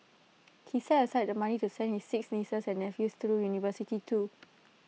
he set aside the money to send his six nieces and nephews through university too